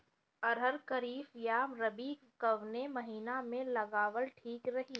अरहर खरीफ या रबी कवने महीना में लगावल ठीक रही?